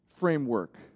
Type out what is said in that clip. Framework